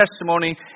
testimony